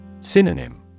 Synonym